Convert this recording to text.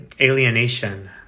alienation